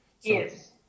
Yes